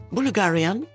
Bulgarian